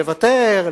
לוותר,